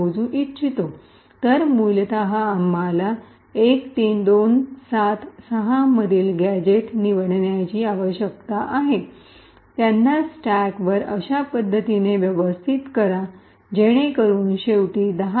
मोजू इच्छितो तर मूलत आम्हाला या 13276 मधील गॅझेट निवडण्याची आवश्यकता आहे त्यांना स्टॅकवर अशा पद्धतीने व्यवस्थित करा जेणेकरून शेवटी 10